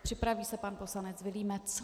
Připraví se pan poslanec Vilímec.